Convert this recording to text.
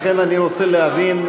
לכן אני רוצה להבין,